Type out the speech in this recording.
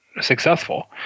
successful –